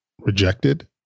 rejected